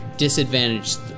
Disadvantaged